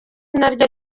naryo